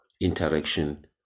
interaction